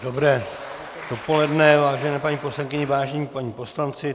Dobré dopoledne, vážené paní poslankyně, vážení páni poslanci.